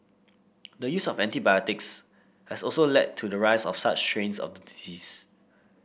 the use of antibiotics has also led to the rise of such strains of the disease